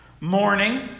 morning